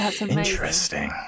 Interesting